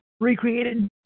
recreated